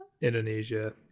Indonesia